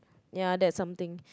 ya that's something